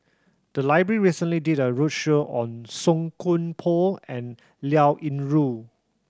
the library recently did a roadshow on Song Koon Poh and Liao Yingru